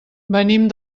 venim